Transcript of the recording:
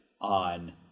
on